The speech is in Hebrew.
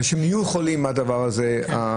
אנשים יהיו חולים מהדבר הזה,